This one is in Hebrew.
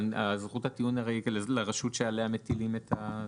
אבל זכות הטיעון היא הרי לרשות שעליה מטילים את התפקיד.